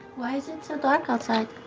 why is it so dark outside?